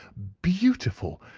beautiful!